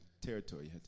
territory